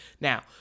Now